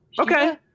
okay